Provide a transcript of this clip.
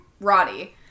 Roddy